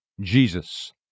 Jesus